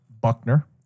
Buckner